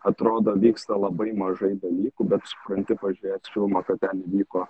atrodo vyksta labai mažai dalykų bet supranti pažiūrėjęs filmą kad ten vyko